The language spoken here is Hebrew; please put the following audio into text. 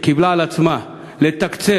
שקיבלה על עצמה לתקצב